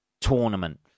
tournament